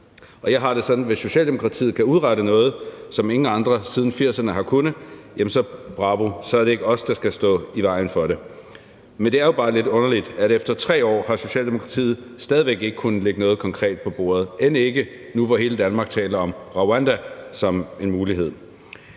Og jeg har det sådan, at hvis Socialdemokratiet kan udrette noget, som ingen andre siden 80'erne har kunnet, jamen så siger jeg bravo – og så er det ikke os, der skal stå i vejen for det. Men det er jo bare lidt underligt, at efter 3 år har Socialdemokratiet stadig væk ikke kunnet lægge noget konkret på bordet, end ikke nu, hvor hele Danmark taler om Rwanda som en mulighed.